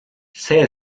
see